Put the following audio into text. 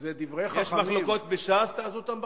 זה דברי חכמים, יש מחלוקות בש"ס, תעשו אותן בחוץ.